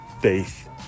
faith